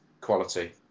quality